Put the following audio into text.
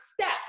step